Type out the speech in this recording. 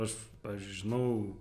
aš pavyzdžiui žinau